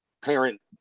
parent